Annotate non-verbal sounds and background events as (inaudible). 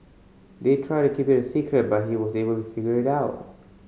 they tried to keep it a secret but he was able to figure (unintelligible) out